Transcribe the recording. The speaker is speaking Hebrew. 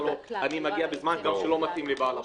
לו: אני מגיע בזמן שלא מתאים לבעל הבית.